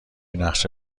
نقشه